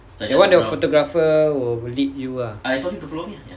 you want the photographer will lead you ah